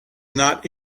not